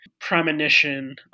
premonition